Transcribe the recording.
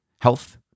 health